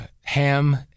ham